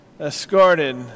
escorted